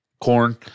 Corn